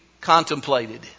contemplated